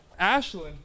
Ashlyn